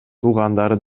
туугандары